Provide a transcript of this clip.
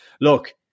Look